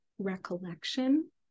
Recollection